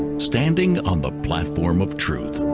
standing on the platform of truth